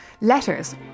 letters